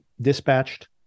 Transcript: dispatched